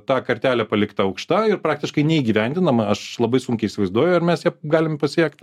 ta kartelė palikta aukštai ir praktiškai neįgyvendinama aš labai sunkiai įsivaizduoju ar mes galime pasiekt